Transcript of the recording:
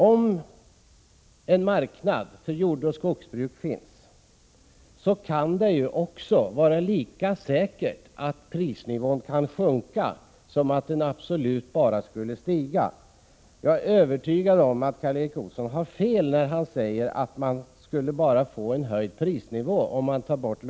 Om det finns en marknad för jordoch skogsbruk kan det vara lika säkert att prisnivån kan sjunka som att den absolut bara kan stiga. Jag är övertygad om att Karl Erik Olsson har fel när han säger att man bara skulle få en höjd prisnivå om lagen tas bort.